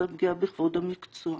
זה הפגיעה בכבוד המקצוע.